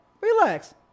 relax